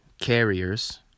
Carriers